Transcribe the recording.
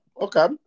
Okay